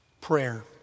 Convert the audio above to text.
Prayer